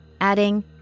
adding